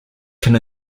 can